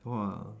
!wah!